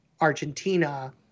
Argentina